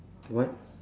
what